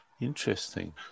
Interesting